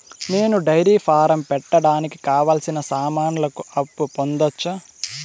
నేను dairy farm పెట్టడానికి కావాల్సిన సామాన్లకు అప్పు పొందొచ్చా?